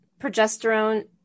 progesterone